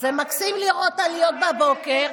לראות טליתות בבוקר,